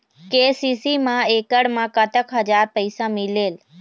KCC मा एकड़ मा कतक हजार पैसा मिलेल?